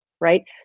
Right